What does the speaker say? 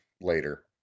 later